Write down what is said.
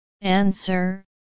answer